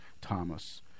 Thomas